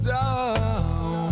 down